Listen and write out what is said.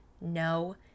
no